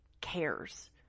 cares